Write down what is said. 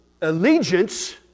allegiance